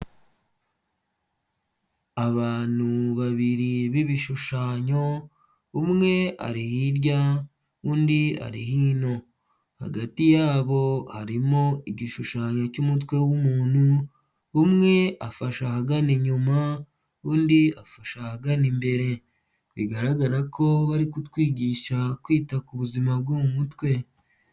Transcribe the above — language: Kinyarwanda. Abantu babiri b'ibishushanyo, umwe ari hirya, undi ari hino, hagati yabo harimo igishushanyo cy'umutwe w'umuntu, umwe afashe ahagana inyuma, undi afashe ahagana imbere, bigaragara ko bari kutwigisha kwita ku buzima bwo mu mutwe.